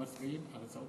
אנחנו מצביעים על הצעת